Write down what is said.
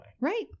Right